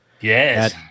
Yes